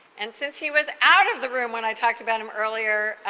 and since he was out of the room when i talked about him earlier,